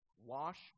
wash